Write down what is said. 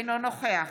אינו נוכח